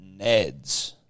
Neds